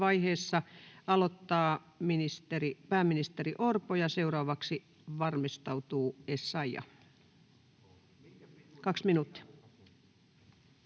vaiheessa aloittaa pääministeri Orpo, ja seuraavaksi valmistautuu Essayah. — Kaksi minuuttia.